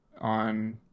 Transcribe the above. on